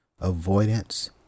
Avoidance